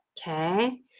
Okay